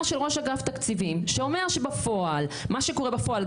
של ראש אגף תקציבים שאומר שמה שקורה בפועל,